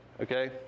Okay